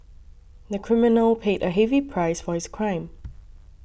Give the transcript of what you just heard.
the criminal paid a heavy price for his crime